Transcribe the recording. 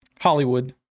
hollywood